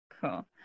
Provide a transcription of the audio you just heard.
cool